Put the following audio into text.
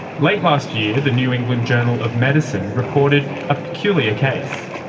late last year, the new england journal of medicine reported a peculiar case.